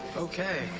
okay.